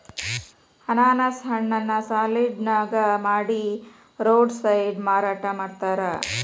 ಅನಾನಸ್ ಹಣ್ಣನ್ನ ಸಲಾಡ್ ನಂಗ ಮಾಡಿ ರೋಡ್ ಸೈಡ್ ಮಾರಾಟ ಮಾಡ್ತಾರ